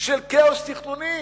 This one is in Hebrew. של כאוס תכנוני.